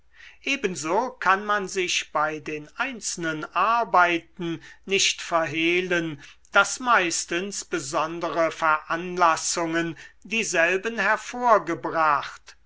ebenso kann man sich bei den einzelnen arbeiten nicht verhehlen daß meistens besondere veranlassungen dieselben hervorgebracht